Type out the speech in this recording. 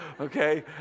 okay